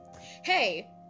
Hey